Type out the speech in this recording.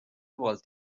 والت